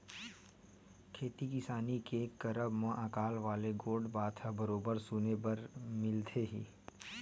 खेती किसानी के करब म अकाल वाले गोठ बात ह बरोबर सुने बर मिलथे ही